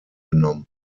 genommen